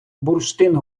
бурштин